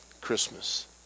Christmas